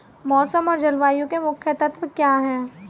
मौसम और जलवायु के मुख्य तत्व क्या हैं?